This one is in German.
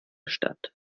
stadt